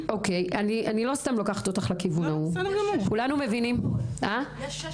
יש 16